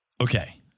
Okay